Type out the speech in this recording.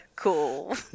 cool